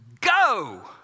go